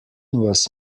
was